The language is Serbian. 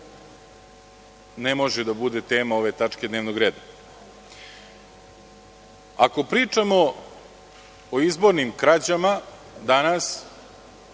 ne može da bude tema ove tačke dnevnog reda. Ako pričamo o izbornim krađama danas